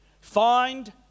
find